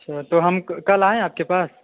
अच्छा तो हम कल आएँ आपके पास